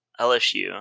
LSU